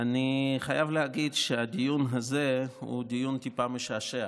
אני חייב להגיד שהדיון הזה הוא דיון טיפה משעשע.